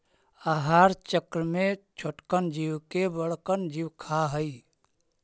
आहार चक्र में छोटकन जीव के बड़कन जीव खा हई